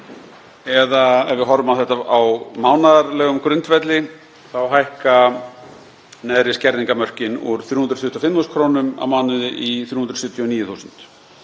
eða ef við horfum á þetta á mánaðarlegum grundvelli þá hækka neðri skerðingarmörkin úr 325.000 kr. á mánuði í 379.000 kr.